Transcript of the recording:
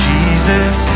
Jesus